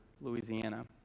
Louisiana